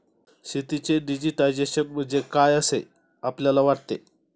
शेतीचे डिजिटायझेशन म्हणजे काय असे आपल्याला वाटते?